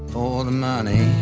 for the money